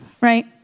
right